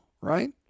right